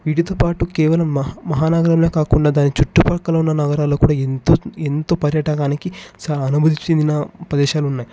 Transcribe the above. వీటితోపాటు కేవలం మహా మహానగరంలో కాకుండా దాన్ని చుట్టుపక్కల ఉన్న నగరాల్లో కూడా ఎంతో ఎంతో పర్యటనానికి అనుభూతి చెందిన ప్రదేశాలు ఉన్నాయి